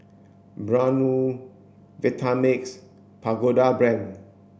Braun Vitamix Pagoda Brand